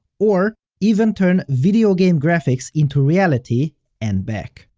or even turn video game graphics into reality and back.